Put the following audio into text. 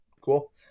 Cool